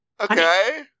Okay